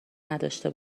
نداشته